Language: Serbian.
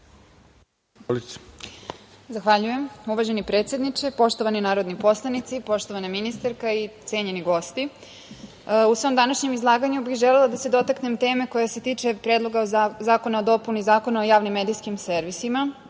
Zahvaljujem. Uvaženi predsedniče, poštovani narodni poslanici, poštovana ministarka i cenjeni gosti, u svom današnjem izlaganju bih želela da se dotaknem teme koja se tiče Predloga zakona o dopuni Zakona o javnim medijskim servisima. Poslanička